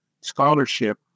scholarship